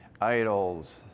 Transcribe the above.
idols